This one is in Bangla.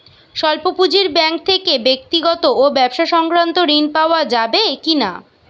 স্বল্প পুঁজির ব্যাঙ্ক থেকে ব্যক্তিগত ও ব্যবসা সংক্রান্ত ঋণ পাওয়া যাবে কিনা?